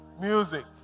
music